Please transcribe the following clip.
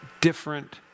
different